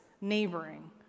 neighboring